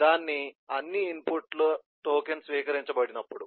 దాని అన్ని ఇన్పుట్ల టోకెన్ స్వీకరించబడినప్పుడు